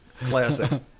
Classic